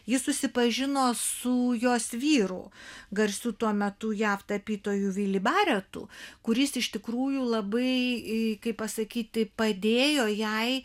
ji susipažino su jos vyru garsiu tuo metu jav tapytoju vili baretu kuris iš tikrųjų labai kaip pasakyti padėjo jai